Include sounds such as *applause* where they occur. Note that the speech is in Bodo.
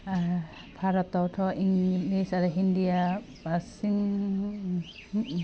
भारतावथ' *unintelligible* हिन्दिया बांसिन